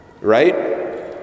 Right